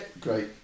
Great